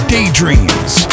Daydreams